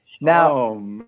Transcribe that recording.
Now